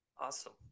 awesome